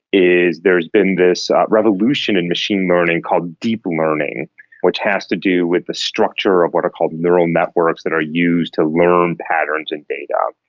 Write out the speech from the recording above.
is there has been this revolution in machine learning called deep learning which has to do with the structure of what are called neural networks that are used to learn patterns in data.